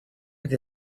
with